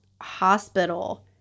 hospital